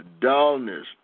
Dullness